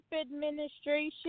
administration